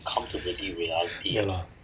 ya